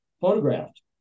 photographed